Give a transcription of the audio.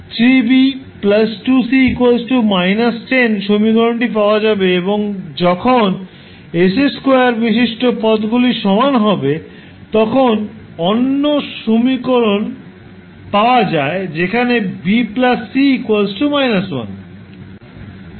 3B 2C −10 সমীকরণটি পাওয়া যাবে এবং যখন s2 বিশিষ্ট পদ্গুলি সমান হবে তখন অন্য সমীকরণ পাওয়া যায় যেখানে B C −1